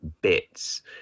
bits